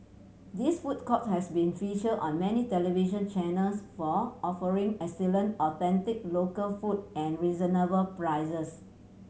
this food court has been featured on many television channels for offering excellent authentic local food at reasonable prices